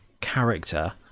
character